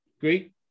Great